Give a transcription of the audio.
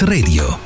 Radio